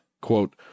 quote